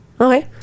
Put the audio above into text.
Okay